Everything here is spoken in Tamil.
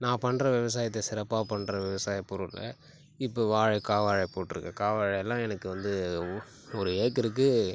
நான் பண்ணுற விவசாயத்தை சிறப்பாக பண்ணுற விவசாய பொருளை இப்போ வாழக்காய் வாஹைப்பூ விட்ருக்கு காவாழைலாம் எனக்கு வந்து உ ஒரு ஏக்கருக்கு